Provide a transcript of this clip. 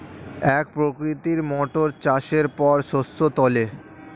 এক প্রকৃতির মোটর চাষের পর শস্য তোলে